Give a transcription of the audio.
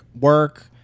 work